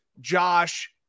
Josh